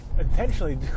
intentionally